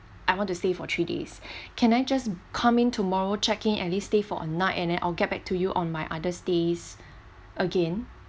I want to stay for three days can I just come in tomorrow checking at least stay for a night and then I'll get back to you on my other stays again